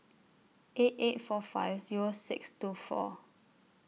eight eight four five Zero six two four